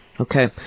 Okay